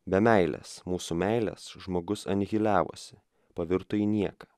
be meilės mūsų meilės žmogus anihiliavosi pavirto į nieką